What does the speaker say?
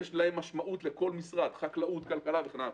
ויש להם משמעות לכל משרד: חקלאות, כלכלה וכן הלאה.